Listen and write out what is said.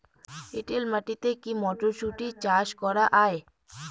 এটেল মাটিতে কী মটরশুটি চাষ করা য়ায়?